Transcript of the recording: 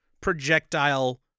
projectile